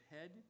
head